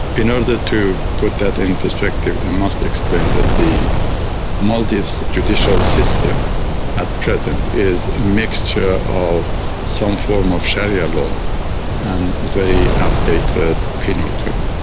in order to put that in perspective i must explain that the maldives judicial system at present is a mixture of some form of sharia law and a very out-dated penal code.